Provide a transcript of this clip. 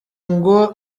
ngo